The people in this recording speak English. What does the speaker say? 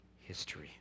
history